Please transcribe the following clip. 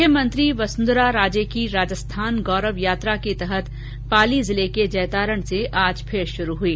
मुख्यमंत्री वसुंधरा राजे की राजस्थान गौरव यात्रा के तहत पाली जिले के जैतारण से आज फिर शुरू हुई